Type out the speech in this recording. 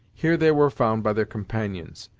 here they were found by their companions.